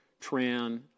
Tran